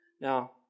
Now